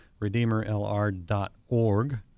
RedeemerLR.org